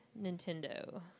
Nintendo